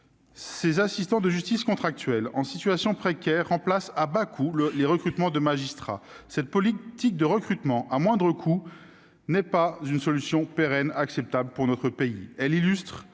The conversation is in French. Ces assistants de justice contractuels, en situation précaire, remplacent à bas coût les recrutements de magistrats. Cette politique de recrutement à moindre coût n'est pas une solution pérenne acceptable pour notre pays,